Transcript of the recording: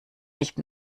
nicht